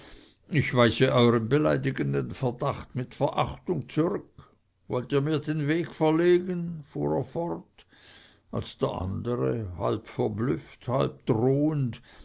ich weise euern beleidigenden verdacht mit verachtung zurück wollt ihr mir den weg verlegen fuhr er fort als der andere halb verblüfft halb drohend